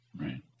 right